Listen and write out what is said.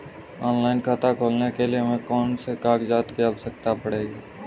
Online खाता खोलने के लिए हमें कौन कौन से कागजात की आवश्यकता पड़ेगी?